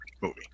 movie